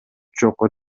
жокко